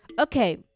Okay